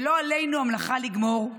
ולא עלינו המלאכה לגמור,